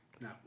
No